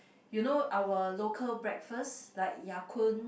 you know our local breakfast like Ya-Kun